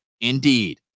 Indeed